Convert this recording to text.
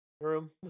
room